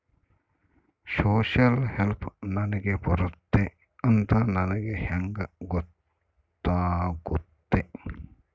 Social help ನನಗೆ ಬರುತ್ತೆ ಅಂತ ನನಗೆ ಹೆಂಗ ಗೊತ್ತಾಗುತ್ತೆ?